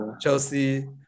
Chelsea